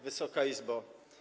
Wysoka Izbo!